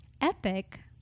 Epic